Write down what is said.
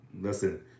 Listen